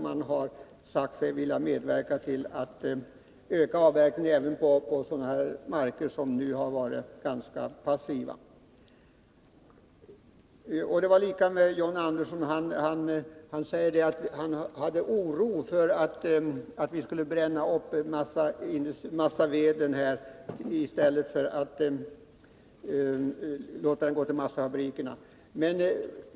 Man har sagt sig vilja medverka till att öka avverkningen på sådana marker som nu har varit ganska lågproduktiva. Detsamma var fallet med John Andersson. Han var orolig för att vi skulle bränna upp massaveden i stället för att låta den gå till massafabrikerna.